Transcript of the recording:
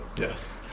yes